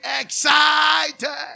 excited